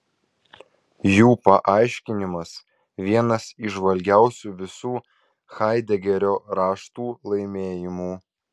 jų paaiškinimas vienas įžvalgiausių visų haidegerio raštų laimėjimų